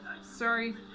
sorry